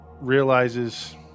realizes